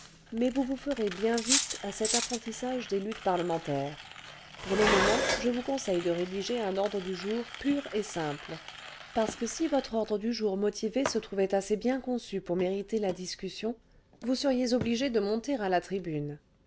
mais vous vous ferez bien vite à cet apprentissage des luttes parlementaires pour le moment je vous conseille de rédiger un ordre du jour pur et simple parce que si votre ordre du jour motivé se trouvait assez bien conçu pour mériter la discussion vous seriez obligée de monter à la tribune